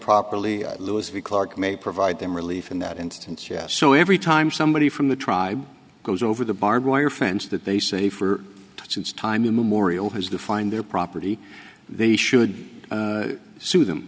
properly lewis we clark may provide them relief in that instance yeah so every time somebody from the tribe goes over the barbed wire fence that they say for since time immemorial has to find their property they should sue them